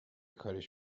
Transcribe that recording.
کاریش